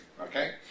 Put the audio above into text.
Okay